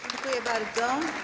Dziękuję bardzo.